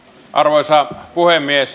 arvoisa puhemies